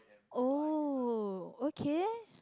oh okay